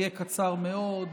אני אהיה קצר מאוד.